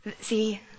See